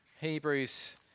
Hebrews